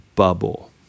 bubble